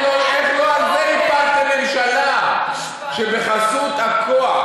לא, איך לא על זה הפלתם ממשלה, שבחסות הכוח